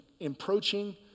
approaching